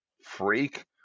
freak